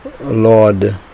Lord